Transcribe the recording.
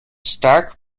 stark